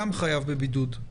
גם חייב בבידוד.